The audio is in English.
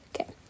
Okay